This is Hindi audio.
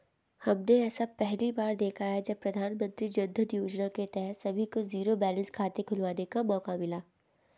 हमने ऐसा पहली बार देखा है जब प्रधानमन्त्री जनधन योजना के तहत सभी को जीरो बैलेंस खाते खुलवाने का मौका मिला